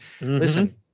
listen